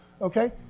Okay